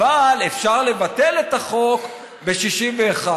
אבל אפשר לבטל את החוק ב-61.